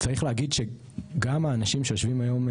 צריך להגיד שגם האנשים שיושבים היום,